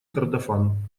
кордофан